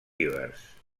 ibers